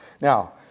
Now